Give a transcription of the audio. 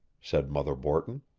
said mother borton.